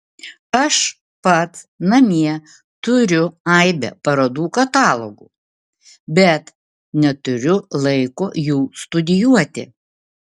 aš pats namie turiu aibę parodų katalogų bet neturiu laiko jų studijuoti